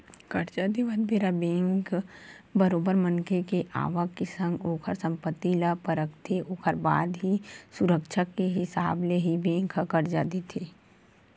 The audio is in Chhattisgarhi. करजा देवत बेरा बेंक बरोबर मनखे के आवक के संग ओखर संपत्ति ल परखथे ओखर बाद ही सुरक्छा के हिसाब ले ही बेंक ह करजा देथे